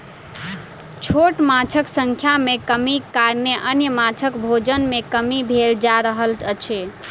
छोट माँछक संख्या मे कमीक कारणेँ अन्य माँछक भोजन मे कमी भेल जा रहल अछि